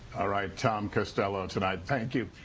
right, tom costello tonight. thank you.